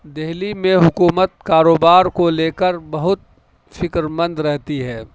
دہلی میں حکومت کاروبار کو لے کر بہت فکرمند رہتی ہے